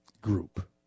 group